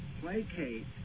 placate